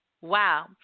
wow